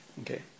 Okay